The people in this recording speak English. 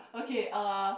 okay uh